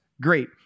great